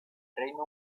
reino